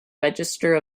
register